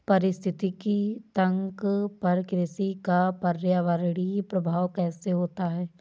पारिस्थितिकी तंत्र पर कृषि का पर्यावरणीय प्रभाव कैसा होता है?